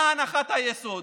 מה הנחת היסוד